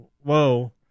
whoa